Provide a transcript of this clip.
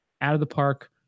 out-of-the-park